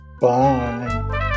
Bye